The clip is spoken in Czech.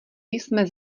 jsme